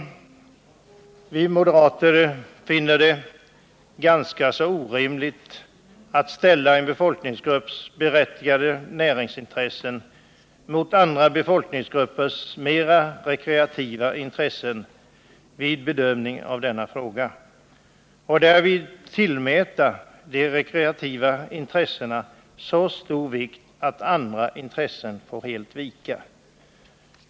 Vi moderater finner det ganska orimligt att ställa en befolkningsgrupps berättigade näringsintressen mot andra befolkningsgruppers mera rekreativa intressen vid bedömningen av denna fråga och därvid tillmäta de rekreativa intressena så stor vikt att andra intressen får helt vika.